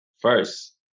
first